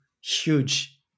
huge